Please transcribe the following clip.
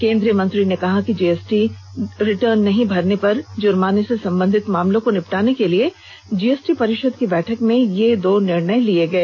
केंद्रीय मंत्री ने कहा कि जीएसटी नहीं भरने पर जुर्माने से संबंधित मामलों को निपटाने के लिए जीएसटी परिषद की बैठक में ये दो निर्णय लिए गए